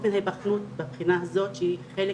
אופן ההיבחנות בבחינה הזאת שהיא חלק